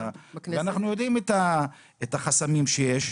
אנחנו יודעים את החסמים שיש,